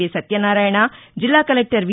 వి సత్యన్నారాయణ జిల్లా కలెక్టర్ వి